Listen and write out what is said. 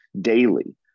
daily